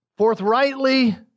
forthrightly